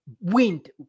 wind